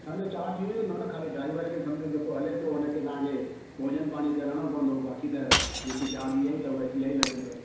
तव्हांजो चार्ज ईअं ई हूंदो न ख़ाली ड्राइवर खे समुझ में जेको हले थो हुन खे तव्हांखे भोॼन पाणी कराइणो पवंदो बाक़ी त जेकी चार्ज ईअं ई अथव ईअं ई लॻंदव